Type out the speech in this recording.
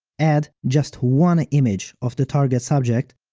add just one image of the target subject,